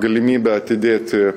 galimybė atidėti